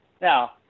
Now